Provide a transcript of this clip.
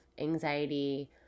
anxiety